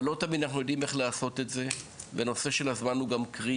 אבל לא תמיד אנחנו יודעים איך לעשות את זה והנושא של הזמן הוא גם קריטי.